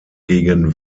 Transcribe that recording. gegen